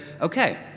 okay